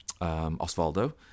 Osvaldo